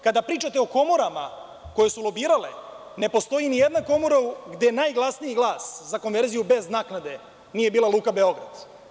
Kada pričate o komorama koje su lobirale, ne postoji nijedna komora gde je najglasniji glas za konverziju bez naknade, nije bila Luka Beograd.